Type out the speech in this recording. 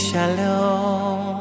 Shalom